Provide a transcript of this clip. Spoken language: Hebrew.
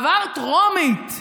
עבר טרומית ב-2019.